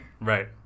Right